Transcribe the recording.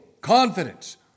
Confidence